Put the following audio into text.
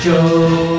Joe